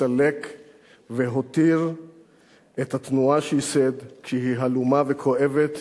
הסתלק והותיר את התנועה שייסד כשהיא הלומה וכואבת,